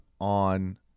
on